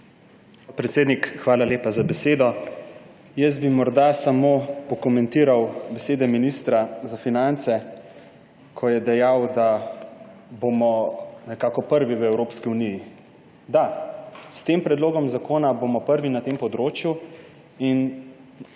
hvala lepa za besedo. Morda bi samo pokomentiral besede ministra za finance, ko je dejal, da bomo nekako prvi v Evropski uniji. Da. S tem predlogom zakona bomo prvi na tem področju in